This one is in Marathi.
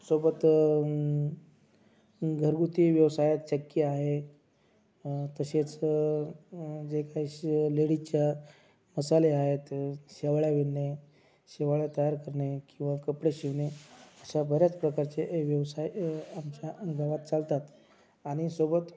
सोबत घरगुती व्यवसायात चक्की आहे तसेच जे काई शिवं लेडीजच्या मसाले हाएत शेवाळ्या विनने शेवाळ्या तयार करने किंवा कपडे शिवने अशा बऱ्याच प्रकारचे व्यवसाय आमच्या अन् गावात चालतात आनि सोबत